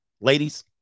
ladies